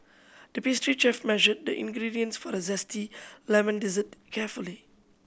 the pastry chef measured the ingredients for the zesty lemon dessert carefully